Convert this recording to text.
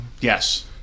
Yes